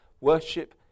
Worship